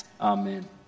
Amen